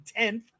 10th